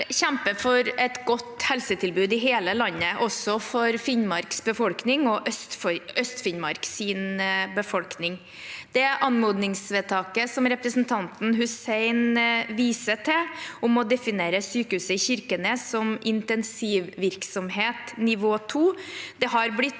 vil kjempe for et godt helsetilbud i hele landet, også for Finnmarks og Øst-Finnmarks befolkning. Det anmodningsvedtaket som representanten Hussein viser til, om å definere sykehuset i Kirkenes som intensivvirksomhet nivå 2,